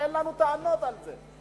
אבל אין לנו טענות על זה.